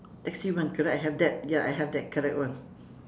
taxi one correct I have that ya I have that correct one